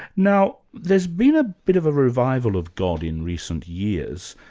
now, there's been a bit of a revival of god in recent years.